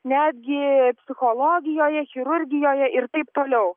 netgi psichologijoje chirurgijoje ir taip toliau